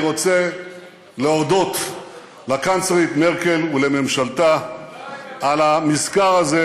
אני רוצה להודות לקנצלרית מרקל ולממשלתה על המזכר הזה,